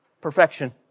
Perfection